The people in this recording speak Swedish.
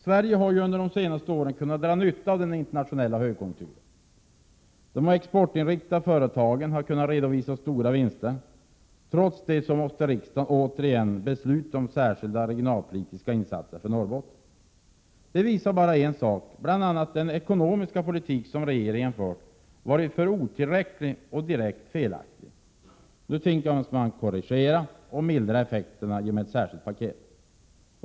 Sverige har under de senaste åren kunnat dra nytta av den internationella högkonjunkturen. De exportinriktade företagen har kunnat redovisa stora vinster. Trots det måste riksdagen återigen besluta om särskilda regionalpolitiska insatser för Norrbotten. Det visar bl.a. att den ekonomiska politik som regeringen fört varit otillräcklig och direkt felaktig. Nu tvingas man korrigera och mildra effekterna genom särskilda paket.